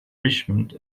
richmond